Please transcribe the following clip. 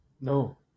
No